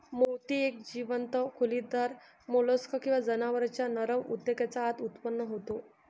मोती एक जीवंत खोलीदार मोल्स्क किंवा जनावरांच्या नरम ऊतकेच्या आत उत्पन्न होतो